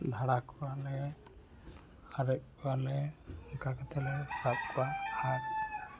ᱫᱷᱟᱲᱟ ᱠᱚᱣᱟᱞᱮ ᱟᱨᱮᱡ ᱠᱚᱣᱟᱞᱮ ᱚᱝᱠᱟ ᱠᱟᱛᱮᱫ ᱞᱮ ᱥᱟᱵ ᱠᱚᱣᱟ ᱟᱨ